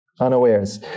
unawares